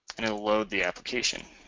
and it'll load the application.